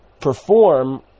perform